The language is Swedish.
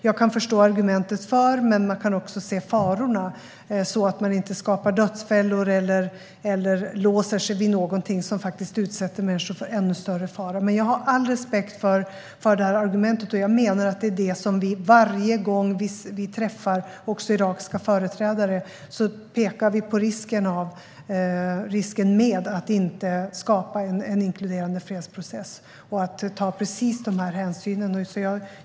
Jag förstår argumentet för, men jag kan också se farorna. Vi får inte skapa dödsfällor eller låsa oss vid något som utsätter människor för ännu större fara. Jag har all respekt för argumentet, och varje gång vi träffar irakiska företrädare pekar vi på risken med att inte skapa en inkluderande fredsprocess och ta precis dessa hänsyn.